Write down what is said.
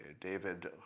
David